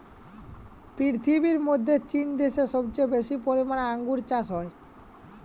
পীরথিবীর মধ্যে চীন দ্যাশে সবচেয়ে বেশি পরিমালে আঙ্গুর চাস হ্যয়